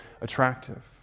attractive